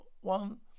one